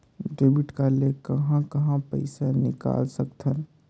Debit card ले कहां कहां पइसा निकाल सकथन?